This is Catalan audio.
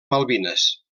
malvines